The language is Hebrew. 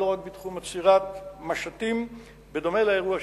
ולא רק בתחום עצירת משטים בדומה לאירוע שהתרחש.